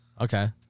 Okay